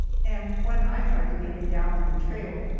and when i tried to get him down on the trail,